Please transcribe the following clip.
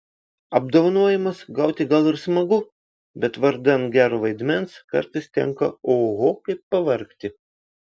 apdovanojimus gauti gal ir smagu bet vardan gero vaidmens kartais tenka oho kaip pavargti